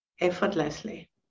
effortlessly